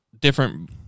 different